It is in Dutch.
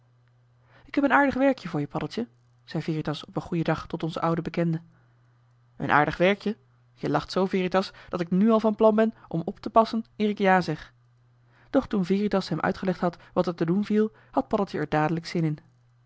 ik heb een aardig werkje voor je paddeltje zei veritas op een goeien dag tot onzen ouden bekende een aardig werkje je lacht zoo veritas dat ik nu al van plan ben om op te passen eer ik ja zeg doch toen veritas hem uitgelegd had wat er te doen viel had paddeltje er dadelijk zin in